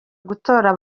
gutora